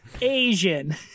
Asian